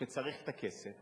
שצריך את הכסף,